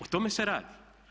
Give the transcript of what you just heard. O tome se radi.